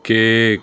cake